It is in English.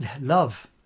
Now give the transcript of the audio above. Love